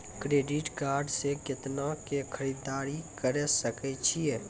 Credit card से कितना के खरीददारी करे सकय छियै?